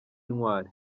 intwari